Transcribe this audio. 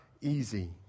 easy